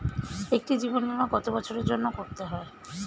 একটি জীবন বীমা কত বছরের জন্য করতে হয়?